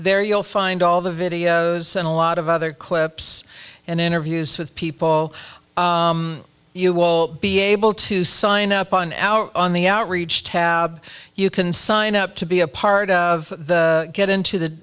there you'll find all the videos and a lot of other clips and interviews with people you will be able to sign up on our on the outreach tab you can sign up to be a part of the get into the